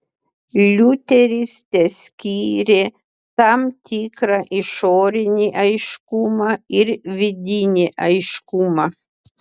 liuteris teskyrė tam tikrą išorinį aiškumą ir vidinį aiškumą